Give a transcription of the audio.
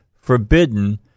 forbidden